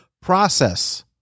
process